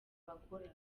bakora